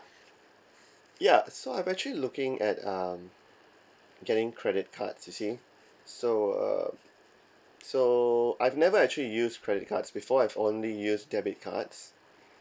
ya so I'm actually looking at um getting credit cards you see so uh so I have never actually used credit cards before I've only used debit cards